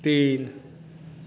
तीन